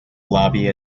lobby